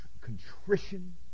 contrition